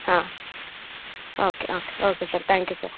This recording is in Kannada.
ಹಾಂ okay okay okay sir thank you sir